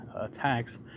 attacks